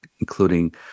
including